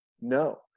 No